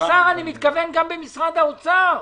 השר אני מתכוון גם במשרד האוצר,